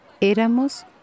Éramos